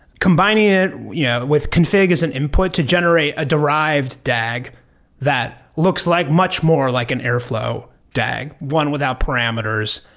combining it yeah with config is an input to generate a derived dag that looks like much more like an airflow dag one without parameters.